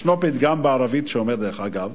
יש פתגם בערבית שאומר, דרך אגב,